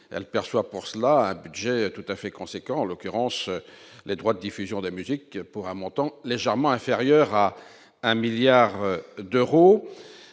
elle perçoit pour cela, j'ai tout à fait conséquents en l'occurrence les droits de diffusion de musique pour un montant légèrement inférieur à 1 milliard d'euros,